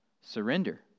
Surrender